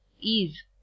ease